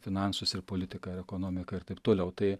finansus ir politiką ir ekonomiką ir taip toliau tai